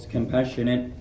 Compassionate